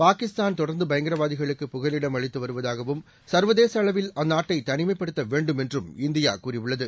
பாகிஸ்தான் தொடர்ந்துபயங்கரவாதிகளுக்குப் புகலிடம் அளித்துவருவதாகவும் சர்வதேசஅளவில் அந்நாட்டைதனிமைப்படுத்தவேண்டும் என்றும் இந்தியாகூறியுள்ளது